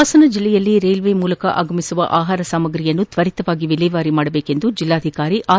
ಹಾಸನ ಜಿಲ್ಲೆಯಲ್ಲಿ ರೈಲ್ವೆ ಮೂಲಕ ಆಗಮಿಸುವ ಆಹಾರ ಸಾಮಾಗ್ರಿಗಳನ್ನು ತ್ವರಿತವಾಗಿ ವಿಲೇವಾರಿ ಮಾಡಬೇಕೆಂದು ಜಿಲ್ಲಾಧಿಕಾರಿ ಆರ್